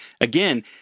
Again